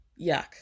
Yuck